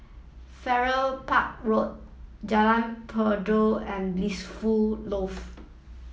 Farrer Park Road Jalan Peradun and Blissful Loft